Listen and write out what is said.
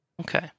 Okay